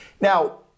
Now